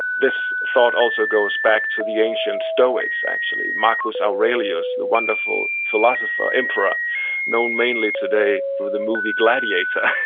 this thought also goes back to the ancient stoics, actually. marcus aurelius, the wonderful philosopher emperor known mainly today through the movie gladiator,